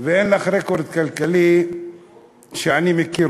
ואין לך רקורד כלכלי שאני מכיר,